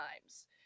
times